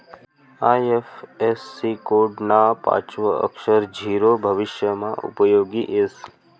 IFSC code ना पाचवं अक्षर झीरो भविष्यमा उपयोगी येस